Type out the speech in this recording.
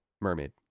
mermaid